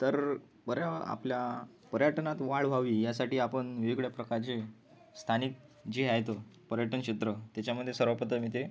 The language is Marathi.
तर बऱ्या आपल्या पर्यटनात वाढ व्हावी यासाठी आपण वेगळ्या प्रकारचे स्थानिक जे आहेत पर्यटन क्षेत्र त्याच्यामध्ये सर्वप्रथम येते